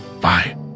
Bye